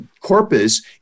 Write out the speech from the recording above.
corpus